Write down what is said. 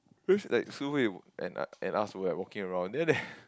then like and Shui-Hui and us were like walking around then after that